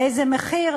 באיזה מחיר,